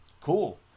Cool